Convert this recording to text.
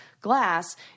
glass